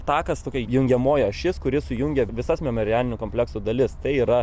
takas tokia jungiamoji ašis kuri sujungia visas memorialinio komplekso dalis tai yra